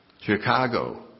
Chicago